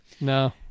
No